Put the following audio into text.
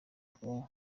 bwo